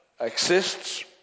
exists